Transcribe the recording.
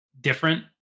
different